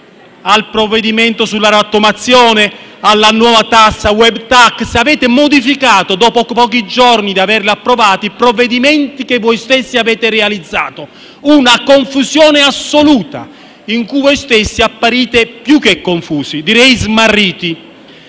dal provvedimento sulla rottamazione alla nuova *web tax*. Avete modificato, pochi giorni dopo la loro approvazione, provvedimenti che voi stessi avete realizzato: una confusione assoluta, in cui voi stessi apparite più che confusi, direi smarriti.